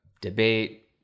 debate